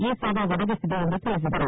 ಈ ಸೇವೆಯನ್ನು ಒದಗಿಸಿದೆ ಎಂದು ತಿಳಿಸಿದರು